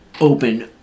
open